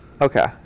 okay